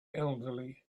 elderly